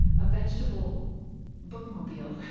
a vegetable bookmobile,